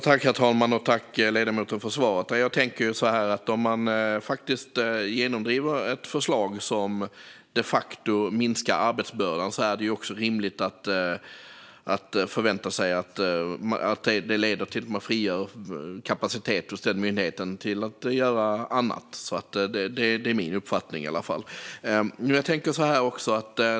Herr talman! Jag tackar ledamoten för svaret. Jag tänker så här: Om man genomdriver ett förslag som de facto minskar arbetsbördan är det också rimligt att förvänta sig att det leder till frigjord kapacitet hos myndigheten som kan användas till att göra annat. Det är i alla fall min uppfattning.